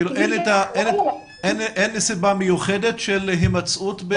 אין סיבה מיוחדת להימצאות?